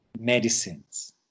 medicines